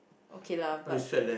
okay lah but